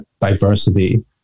diversity